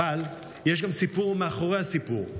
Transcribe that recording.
אבל יש גם סיפור מאחורי הסיפור: